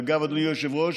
אגב, אדוני היושב-ראש,